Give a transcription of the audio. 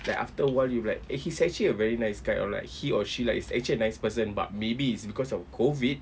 like after a while you be like eh a he's actually a very nice kind of like he or she like is actually a nice person but maybe it's because of COVID